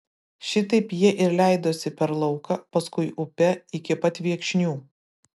šitaip jie ir leidosi per lauką paskui upe iki pat viekšnių